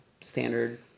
standard